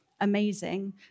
amazing